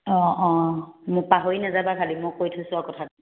অঁ অঁ মোক পাহৰি নাযাবা খালি মই কৈ থৈছোঁ আৰু কথাটো